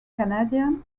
canadian